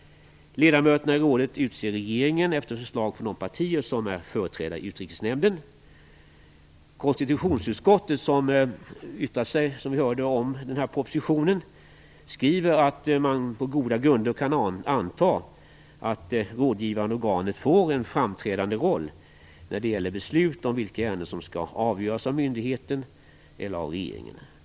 Ledamöterna i rådet utses av regeringen efter förslag från de partier som är företrädda i Utrikesnämnden. Konstitutionsutskottet, som yttrat sig om propositionen, skriver att man på goda grunder kan anta att det rådgivande organet får en framträdande roll när det gäller beslut om vilka ärenden som skall avgöras av myndigheten eller av regeringen.